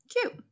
Cute